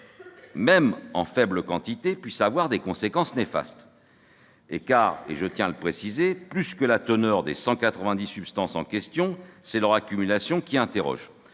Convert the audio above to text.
même en faible quantité, puissent avoir des conséquences néfastes. Or, je tiens à le préciser, plus que la teneur des 190 substances en question, c'est leur accumulation qui interroge.